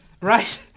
right